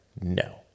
No